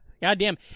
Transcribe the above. Goddamn